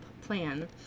plan